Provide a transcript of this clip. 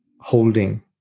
holding